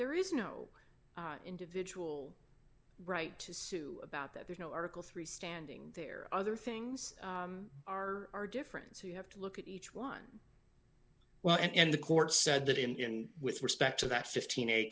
ere is no individual right to sue about that there's no article three standing there other things are different so you have to look at each one well and the court said that in with respect to that fifteen a